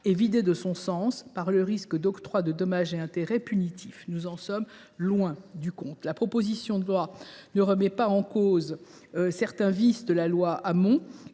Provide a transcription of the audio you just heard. est vidé de son sens par le risque d’octroi de dommages et intérêts punitifs. Nous sommes loin du compte ! En effet, la présente proposition de loi ne remet pas en cause certains vices de la loi Hamon